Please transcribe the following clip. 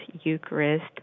Eucharist